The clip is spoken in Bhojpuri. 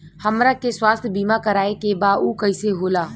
हमरा के स्वास्थ्य बीमा कराए के बा उ कईसे होला?